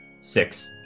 Six